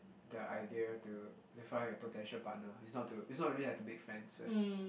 the idea to to find a potential partner is not to is not really like to make friends first